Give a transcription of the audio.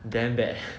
damn bad